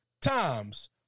times